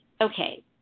Okay